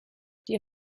die